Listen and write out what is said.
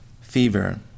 Fever